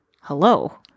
hello